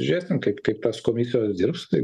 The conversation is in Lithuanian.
žiūrėsim kaip kaip tos komisijos dirbs tai